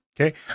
Okay